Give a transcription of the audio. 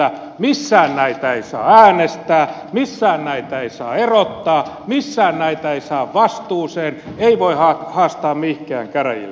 missään näitä ei saa äänestää missään näitä ei saa erottaa missään näitä ei saa vastuuseen ei voi haastaa mihinkään käräjille